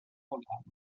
programmes